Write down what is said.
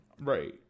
right